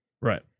Right